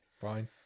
Fine